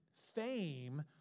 Fame